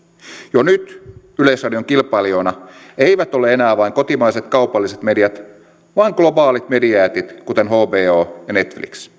jo nyt yleisradion kilpailijoina eivät ole enää vain kotimaiset kaupalliset mediat vaan globaalit mediajätit kuten hbo ja netflix